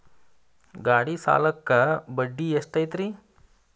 ಗಾಡಿ ಸಾಲಕ್ಕ ಬಡ್ಡಿ ಎಷ್ಟೈತ್ರಿ?